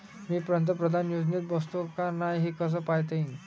मी पंतप्रधान योजनेत बसतो का नाय, हे कस पायता येईन?